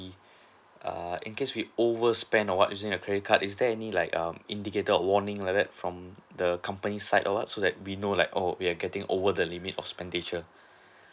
err in case we over spent or what using the credit card is there any like um indicator a warning like that from the company side or what so that we know like oo we're getting over the limit of expenditure